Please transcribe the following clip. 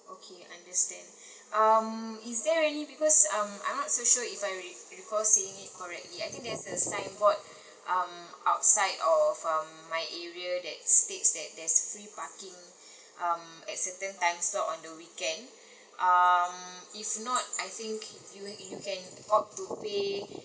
okay understand um is there any because um I'm not so sure if I re~ recalling it correctly I think there's a signboard um outside of um my area that states that there's free parking um at certain time slot on the weekend um if not I think you you can opt to pay